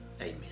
Amen